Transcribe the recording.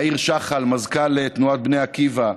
יאיר שחל, מזכ"ל תנועת בני עקיבא,